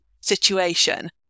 situation